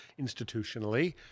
institutionally